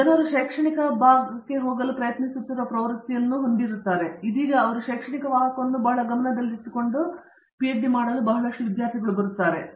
ಆದರೆ ಜನರು ಶೈಕ್ಷಣಿಕ ಭಾಗಕ್ಕೆ ಹೋಗಲು ಪ್ರಯತ್ನಿಸುತ್ತಿರುವ ಪ್ರವೃತ್ತಿಯನ್ನು ನೋಡುತ್ತಿದ್ದಾರೆ ಮತ್ತು ನಾವು ಇದೀಗ ಅವರ ಶೈಕ್ಷಣಿಕ ವಾಹಕವನ್ನು ಬಹಳ ಗಮನದಲ್ಲಿಟ್ಟುಕೊಂಡು ಹಲವಾರು ವಿದ್ಯಾರ್ಥಿಗಳು ಬರುತ್ತಾರೆ